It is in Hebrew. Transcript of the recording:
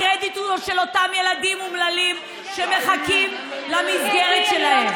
הקרדיט הוא של אותם ילדים אומללים שמחכים למסגרת שלהם.